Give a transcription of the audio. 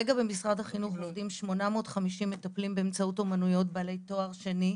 לומדים 850 מטפלים באמצעות אמנויות בעלי תואר שני,